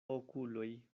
okuloj